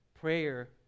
prayer